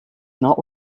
not